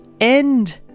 end